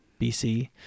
BC